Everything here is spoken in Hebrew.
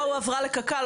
לא הועברה לקק"ל,